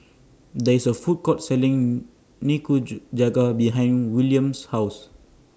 There IS A Food Court Selling Nikujaga behind Willam's House